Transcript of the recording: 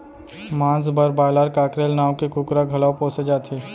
मांस बर broiler, cockerel नांव के कुकरा घलौ पोसे जाथे